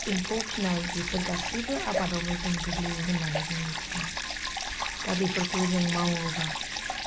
एम्फौ फिनाय बेफोर गासैबो आबादावनो जों गोग्लैयो होननानै जों मिथिगौ दा बेफोरखौ जों मावोब्ला